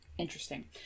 interesting